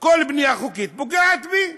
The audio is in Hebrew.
כל בנייה בלתי חוקית פוגעת בי,